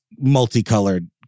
multicolored